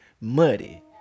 Muddy